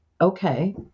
okay